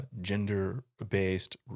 gender-based